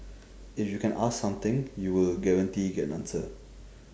if you can ask something you will guarantee get an answer